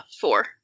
Four